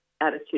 attitude